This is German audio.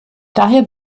daher